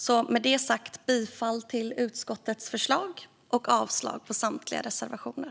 Därmed yrkar jag bifall till utskottets förslag och avslag på samtliga reservationer.